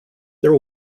there